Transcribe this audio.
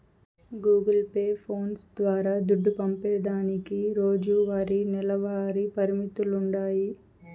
Google Pay, phones ద్వారా దుడ్డు పంపేదానికి రోజువారీ, నెలవారీ పరిమితులుండాయి